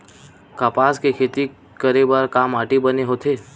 कपास के खेती करे बर का माटी बने होथे?